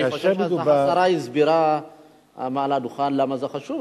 אני חושב שהשרה הסבירה מעל הדוכן למה זה חשוב,